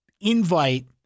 invite